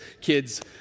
kids